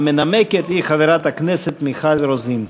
המנמקת היא חברת הכנסת מיכל רוזין.